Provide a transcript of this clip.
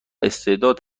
استعداد